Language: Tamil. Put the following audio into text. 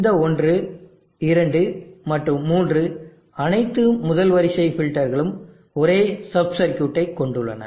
இந்த ஒன்று இரண்டு மற்றும் மூன்று அனைத்து முதல் வரிசை ஃபில்டர்களும் ஒரே சப் சர்க்யூட்டை கொண்டுள்ளன